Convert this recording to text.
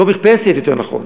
לסגור מרפסת, יותר נכון.